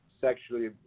Sexually